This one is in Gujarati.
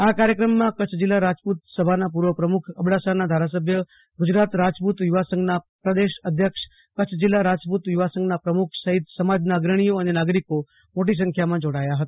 આ કાર્યક્રમમાં કચ્છ જિલ્લા રાજપૂત સભાના પૂર્વ પ્રમુખ અબડાસાના ધારાસભ્ય ગુજરાત રાજપૂત યુવા સંઘના પ્રદેશ અધ્યક્ષ કચ્છ જિલ્લા રાજપૂત યુવા સંઘના પ્રમુખ સહિત સમાજના અગ્રણીએ નાગરીકો મોટી સંખ્યામાં ઉપસ્થિતિ રહ્યા હતા